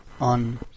on